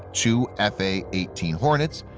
two f a eighteen hornets,